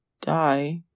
die